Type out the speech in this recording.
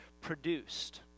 produced